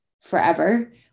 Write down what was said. forever